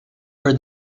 for